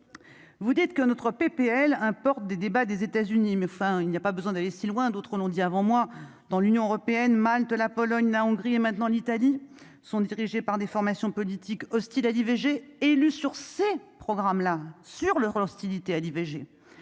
Vous dites que notre PPL un porte des débats, des États-Unis, mais enfin il n'y a pas besoin d'aller si loin, d'autres l'ont dit avant moi dans l'Union européenne, Malte, la Pologne, la Hongrie et maintenant l'Italie sont dirigés par des formations politiques hostiles à l'IVG, élu sur ces programmes là sur leur hostilité à l'IVG,